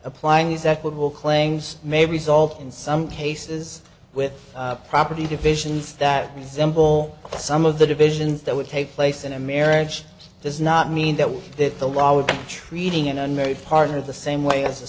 applying these equitable claims may be solved in some cases with property divisions that resemble some of the divisions that would take place in a marriage does not mean that way that the law would be treating an unmarried partner the same way as a